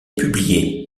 publié